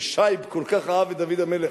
ושייב כל כך אהב את דוד המלך,